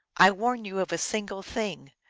i warn you of a single thing.